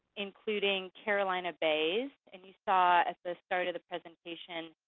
including carolina bays. and you saw, at the start of the presentation,